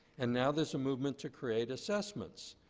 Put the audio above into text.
and now there's a movement to create assessments.